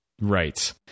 Right